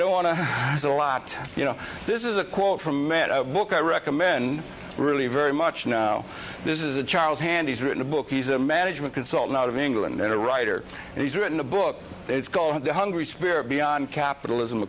don't want to use a lot you know this is a quote from a book i recommend really very much now this is a child's hand he's written a book he's a management consultant out of england in a writer and he's written a book it's called the hungry spirit beyond capitalism